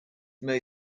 may